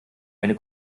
eine